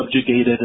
subjugated